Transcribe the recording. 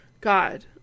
God